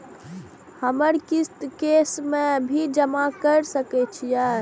हमर किस्त कैश में भी जमा कैर सकै छीयै की?